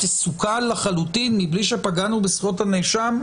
תסוכל לחלוטין מבלי שפגענו בזכויות הנאשם,